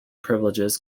privileges